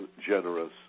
generous